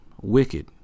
wicked